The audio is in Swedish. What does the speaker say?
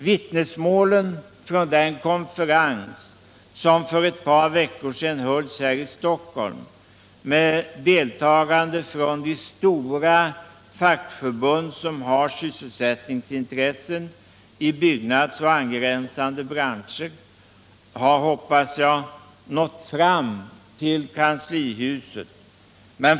Vittnesmålen från den konferens som för ett par veckor sedan hölls här i Stockholm med deltagande av de stora fackförbund som har sysselsättningsintressen i byggnadsbranschen och angränsande branscher har, hoppas jag, nått fram till kanslihuset.